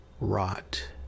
rot